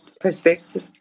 perspective